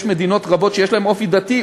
יש מדינות רבות שיש להן אופי דתי,